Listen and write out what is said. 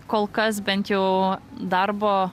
kol kas bent jau darbo